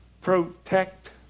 protect